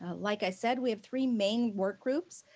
ah like i said, we have three main work groups,